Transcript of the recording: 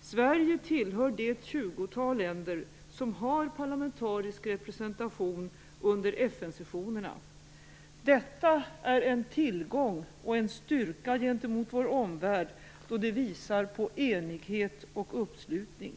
Sverige tillhör det tjugotal länder som har parlamentarisk representation under FN-sessionerna. Detta är en tillgång och en styrka gentemot vår omvärld, då det visar på enighet och uppslutning.